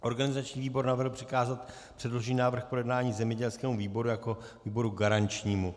Organizační výbor navrhl přikázat předložený návrh k projednání zemědělskému výboru jako výboru garančnímu.